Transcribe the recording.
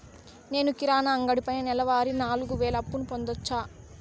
నేను కిరాణా అంగడి పైన నెలవారి నాలుగు వేలు అప్పును పొందొచ్చా?